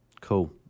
Cool